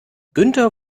günther